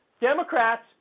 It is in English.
Democrats